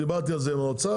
דיברתי על זה עם האוצר.